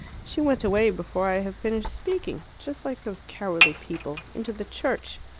she went away before i had finished speaking just like those cowardly people into the church.